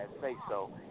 say-so